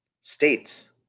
states